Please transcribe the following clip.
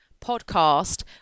podcast